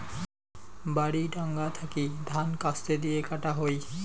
বাড়ি ডাঙা থাকি ধান কাস্তে দিয়ে কাটা হই